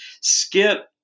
Skip